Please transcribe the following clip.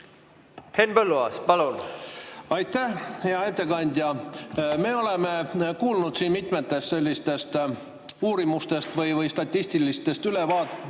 Henn Põlluaas, palun! Aitäh! Hea ettekandja! Me oleme kuulnud mitmetest sellistest uurimustest või statistilistest ülevaadetest,